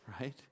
right